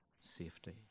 safety